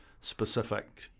specific